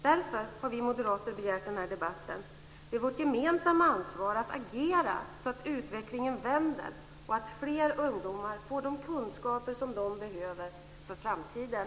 Därför har vi moderater begärt den här debatten. Det är vårt gemensamma ansvar att agera så att utvecklingen vänder och fler ungdomar får de kunskaper som de behöver för framtiden.